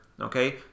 okay